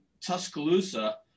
Tuscaloosa